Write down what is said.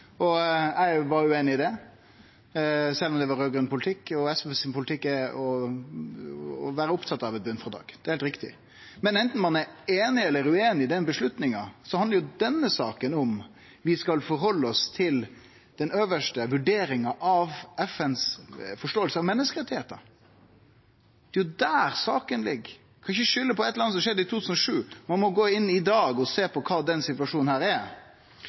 riktig. Eg var ueinig i det, sjølv om det var raud-grøn politikk. SV sin politikk er å vere opptatt av eit botnfrådrag, det er heilt riktig. Men enten ein er einig eller ueinig i den avgjerda, handlar denne saka om vi skal halde oss til den øvste vurderinga av FNs forståing av menneskerettar. Det er jo der saka ligg. Ein kan ikkje skylde på eit eller anna som skjedde i 2007, ein må gå inn og sjå på kva denne situasjonen er i dag. Når det gjeld det forslaget som vi fremja i vår, er